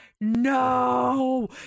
No